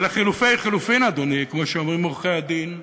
ולחלופי חלופין, אדוני, כמו שאומרים עורכי-הדין,